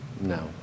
No